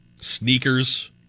Sneakers